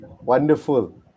wonderful